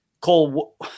Cole